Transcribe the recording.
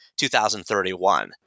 2031